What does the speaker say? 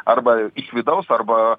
arba iš vidaus arba